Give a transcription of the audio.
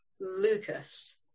Lucas